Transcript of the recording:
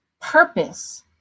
purpose